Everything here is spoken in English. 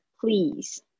please